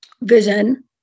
vision